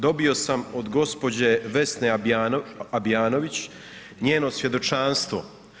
Dobio sam od gospođe Vesne Bjanović njeno svjedočanstvo.